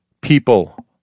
people